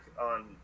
on